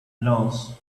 loans